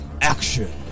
action